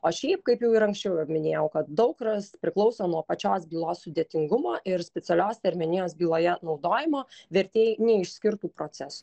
o šiaip kaip jau ir anksčiau ir minėjau kad daug ras priklauso nuo pačios bylos sudėtingumo ir specialios terminijos byloje naudojimo vertėjai neišskirtų proceso